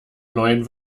neuen